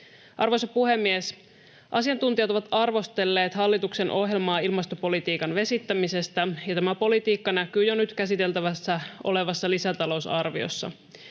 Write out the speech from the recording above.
Arvoisa puhemies! Asiantuntijat ovat arvostelleet hallituksen ohjelmaa ilmastopolitiikan vesittämisestä, ja tämä politiikka näkyy jo nyt käsiteltävänä olevassa lisätalousarviossa.